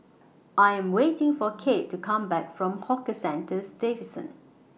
I Am waiting For Kate to Come Back from Hawker Centres Division